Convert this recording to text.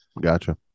Gotcha